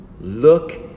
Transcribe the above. Look